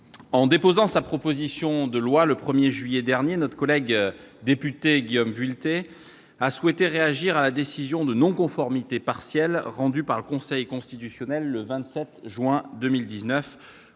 en déposant sa proposition de loi, le 1er juillet dernier, notre collègue député Guillaume Vuilletet a souhaité réagir à la décision de non-conformité partielle rendue par le Conseil constitutionnel le 27 juin 2019